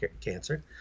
cancer